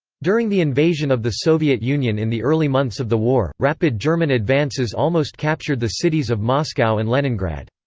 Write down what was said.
during the invasion of the soviet union in the early months of the war, rapid german advances almost captured the cities of moscow and leningrad.